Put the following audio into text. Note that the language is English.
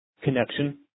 connection